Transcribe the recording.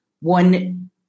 one